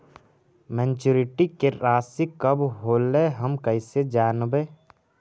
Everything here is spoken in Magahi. मैच्यूरिटी के रासि कब होलै हम कैसे जानबै?